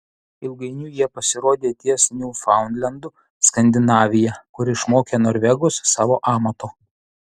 ilgainiui jie pasirodė ties niufaundlendu skandinavija kur išmokė norvegus savo amato